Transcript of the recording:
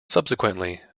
subsequently